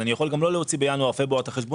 אז אני יכול גם לא להוציא בינואר-פברואר את החשבונית,